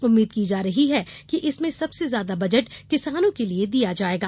उम्मीद् की जा रहा है कि इसमें सबसे ज्यादा बजट किसानों के लिए दिया जायेगा